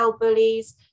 bullies